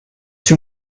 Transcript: too